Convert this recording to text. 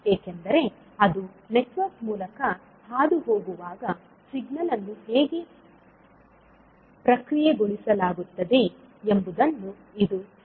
ಏಕೆಂದರೆ ಅದು ನೆಟ್ವರ್ಕ್ ಮೂಲಕ ಹಾದುಹೋಗುವಾಗ ಸಿಗ್ನಲ್ ಅನ್ನು ಹೇಗೆ ಪ್ರಕ್ರಿಯೆಗೊಳಿಸಲಾಗುತ್ತದೆ ಎಂಬುದನ್ನು ಇದು ಸೂಚಿಸುತ್ತದೆ